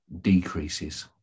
decreases